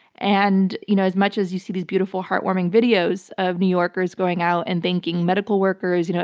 and you know as much as you see these beautiful, heartwarming videos of new yorkers going out and thanking medical workers, you know